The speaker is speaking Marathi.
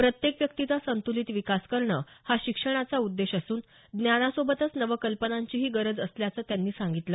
प्रत्येक व्यक्तीचा संतुलित विकास करणं हा शिक्षणाचा उद्देश असून ज्ञानासोबतच नवकल्पनांचीही गरज असल्याचं त्यांनी सांगितलं